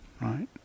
right